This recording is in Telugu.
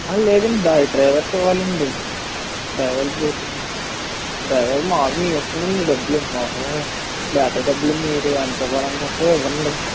లేదండి డ్రైవర్కి ఇవ్వాలి అండి డ్రైవర్కి భోజనం డ్రైవర్కి మామూలుగా మీ ఇష్టం అండి డబ్బులు మామూలుగా బేటా డబ్బులు మీరు ఎంత ఇవ్వాలని అనుకుంటే ఇవ్వండి